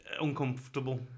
uncomfortable